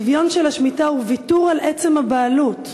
השוויון של השמיטה הוא ויתור על עצם הבעלות,